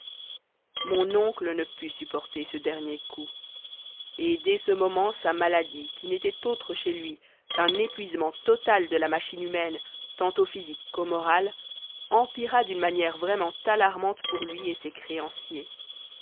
mon oncle ne put supporter ce dernier coup et dès ce moment sa maladie qui n'était autre chez lui qu'un épuisement total de la machine humaine tant au physique qu'au moral empira d'une manière vraiment alarmante pour lui et ses créanciers